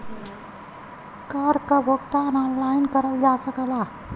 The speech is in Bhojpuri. कर क भुगतान ऑनलाइन करल जा सकला